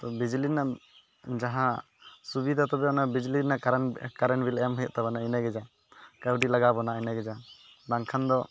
ᱛᱚ ᱵᱤᱡᱽᱞᱤ ᱨᱮᱱᱟᱜ ᱡᱟᱦᱟᱸ ᱥᱩᱵᱤᱫᱷᱟ ᱛᱚᱵᱮ ᱚᱱᱟ ᱵᱤᱡᱽᱞᱤ ᱨᱮᱱᱟᱜ ᱠᱟᱨᱮᱱ ᱠᱟᱨᱮᱱ ᱵᱤᱞ ᱮᱢ ᱦᱩᱭᱩᱜ ᱛᱟᱵᱚᱱᱟ ᱤᱱᱟᱹᱜᱮ ᱡᱟ ᱠᱟᱹᱣᱰᱤ ᱞᱟᱜᱟᱣ ᱵᱚᱱᱟ ᱤᱱᱟᱹᱜᱮ ᱡᱟ ᱵᱟᱝᱠᱷᱟᱱ ᱫᱚ